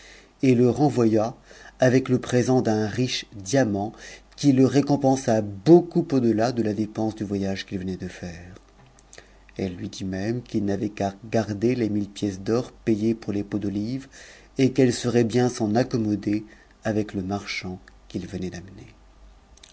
et e renvoya avec e présent jje diamant qu le récompensa beaucoup au-delà de a dépense qvase qu'm venait de faire elle lui dit même qu'il n'avait qu'à gar g mille pièces d'or payées pour les pots d'olives et qu'elle saurait n s'eu accommoder avec le marchand qu'il venait